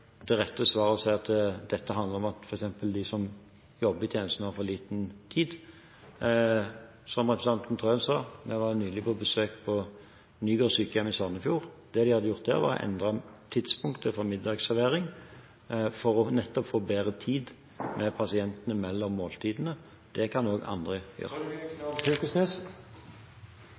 det rette svaret å si at de som jobber i tjenesten, har for liten tid. Som representanten Wilhelmsen Trøen sa, var jeg nylig på besøk på Nygård sykehjem i Sandefjord. Det de hadde gjort der, var å endre tidspunktet for middagsserveringen nettopp for å få bedre tid til pasientene mellom måltidene. Det kan også andre gjøre.